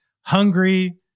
hungry